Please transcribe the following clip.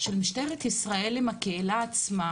של משטרת ישראל עם הקהילה עצמה